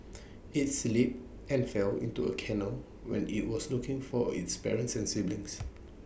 IT slipped and fell into A canal when IT was looking for its parents and siblings